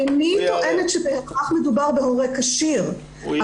איני טוענת שבהכרח מדובר בהורה כשיר אבל השאלה היא אם